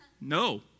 No